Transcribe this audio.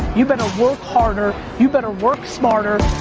you better work harder. you better work smarter.